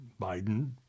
Biden